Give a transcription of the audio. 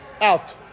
out